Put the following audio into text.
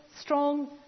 Strong